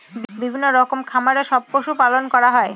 বিভিন্ন রকমের খামারে সব পশু পালন করা হয়